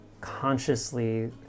consciously